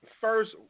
First